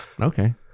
Okay